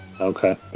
Okay